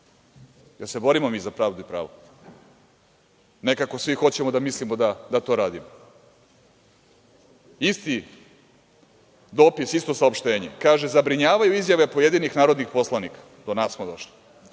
Jel se borimo mi za pravo i pravdu? Nekako svi hoćemo da mislimo da to radimo. Isti dopis, isto saopštenje kaže: „Zabrinjavaju izjave pojedinih narodnih poslanika“, do nas smo došli,